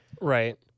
Right